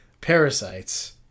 Parasites